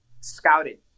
scouted